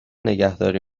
نگهداری